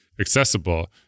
accessible